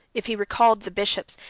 if he recalled the bishops,